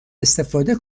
استفاده